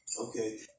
okay